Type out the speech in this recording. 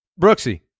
Brooksy